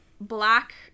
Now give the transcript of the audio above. black